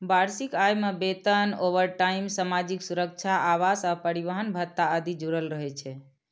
वार्षिक आय मे वेतन, ओवरटाइम, सामाजिक सुरक्षा, आवास आ परिवहन भत्ता आदि जुड़ल रहै छै